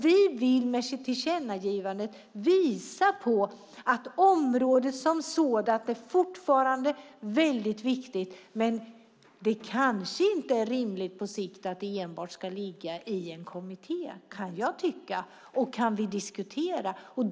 Vi vill med tillkännagivandet visa att området som sådant fortfarande är väldigt viktigt men att det kanske inte är rimligt på sikt att det enbart ska ligga i en kommitté. Det kan jag tycka, och det kan vi diskutera.